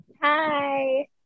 Hi